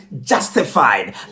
justified